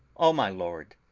o my lord,